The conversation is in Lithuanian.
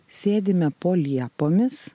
sėdime po liepomis